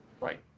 Right